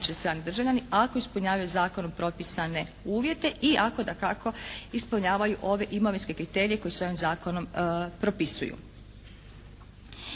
strani državljani ako ispunjavaju zakonom propisane uvjete i ako dakako ispunjavaju ove imovinske kriterije koji su ovim zakonom propisuju.